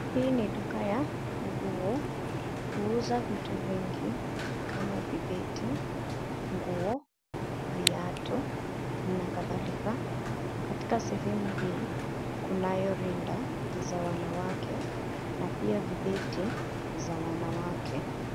Hii ni duka yanguo huuza vitu vingi kama vibeti, nguo, viatu na kadhalika. Katika sehemu hii kunayo rinda za wanawake na pia vibeti za wanawake.